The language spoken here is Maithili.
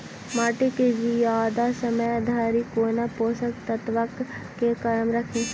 माटि केँ जियादा समय धरि कोना पोसक तत्वक केँ कायम राखि?